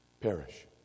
perish